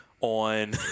on